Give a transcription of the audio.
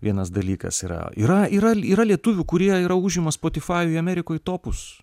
vienas dalykas yra yra yra yra lietuvių kurie yra užima spotifajuj amerikoj topus